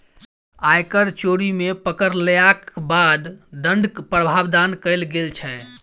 आयकर चोरी मे पकड़यलाक बाद दण्डक प्रावधान कयल गेल छै